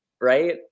Right